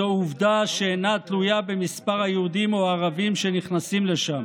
זו עובדה שאינה תלויה במספר היהודים או הערבים שנכנסים לשם.